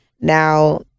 Now